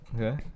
Okay